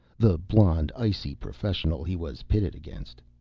the blond, icy professional he was pitted against.